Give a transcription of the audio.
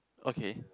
okay